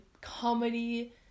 comedy